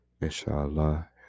Inshallah